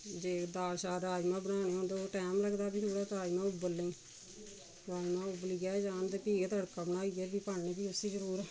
जे दाल शाल राजमां बनाने होन ते ओह् टैम लगदा फ्ही थोह्ड़ा राजमां उबलने गी राजमां उबलियै जान ते फ्ही गै तड़का बनाइयै फ्ही पान्नी फ्ही उसी जरूर